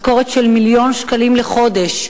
משכורת של מיליון שקלים לחודש,